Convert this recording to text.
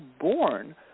born